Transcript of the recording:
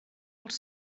els